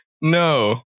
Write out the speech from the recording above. No